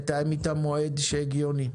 נתאם איתם מועד שהוא הגיוני.